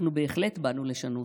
אנחנו בהחלט באנו לשנות.